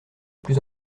plus